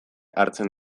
hartzen